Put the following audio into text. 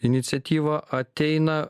iniciatyva ateina